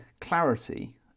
clarity